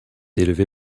élevé